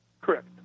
Correct